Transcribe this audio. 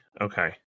Okay